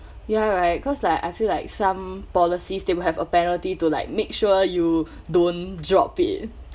ya right cause like I feel like some policies they will have a penalty to like make sure you don't drop it